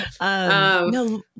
no